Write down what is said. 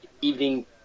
evening